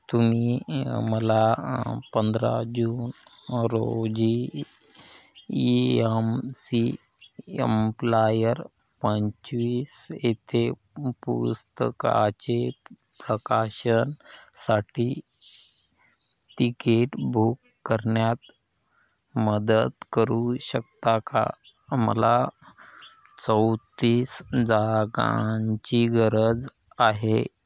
तुम्ही मला पंधरा जून रोजी ई एम सी एम्प्लायर पंचवीस येथे पु पुस्तकाचे प्रकाशन साठी तिकीट बुक करण्यात मदत करू शकता का मला चौतीस जागांची गरज आहे